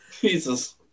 Jesus